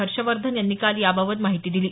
हर्ष वर्धन यांनी काल याबाबत माहिती दिली